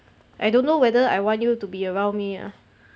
I don't know whether I want you to be around me ah